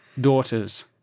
daughters